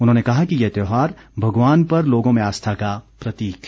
उन्होंने कहा कि ये त्यौहार भगवान पर लोगों में आस्था का प्रतीक है